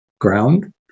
ground